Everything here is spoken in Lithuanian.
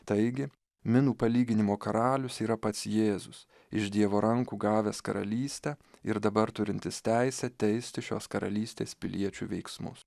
taigi minų palyginimo karalius yra pats jėzus iš dievo rankų gavęs karalystę ir dabar turintis teisę teisti šios karalystės piliečių veiksmus